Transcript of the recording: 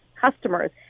customers